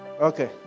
Okay